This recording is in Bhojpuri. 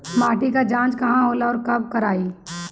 माटी क जांच कहाँ होला अउर कब कराई?